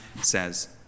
says